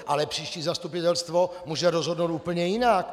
Ale příští zastupitelstvo může rozhodnout úplně jinak.